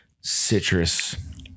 citrus